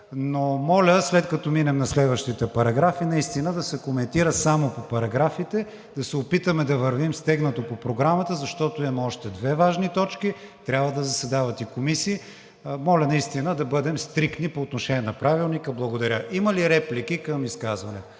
но моля, след като минем на следващите параграфи, наистина да се коментира само по параграфите. Да се опитаме да вървим стегнато по Програмата, защото имаме още две важни точки. Трябва да заседават и комисии. Моля наистина да бъдем стриктни по отношение на Правилника. Благодаря. Има ли реплики към изказването?